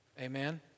Amen